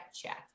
check